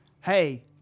Hey